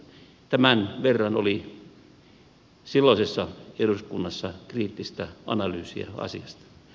tämän verran oli silloisessa eduskunnassa kriittistä analyysia asiasta